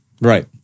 Right